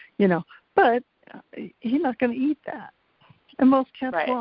you know but he's not gonna eat that and most yeah but